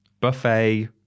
buffet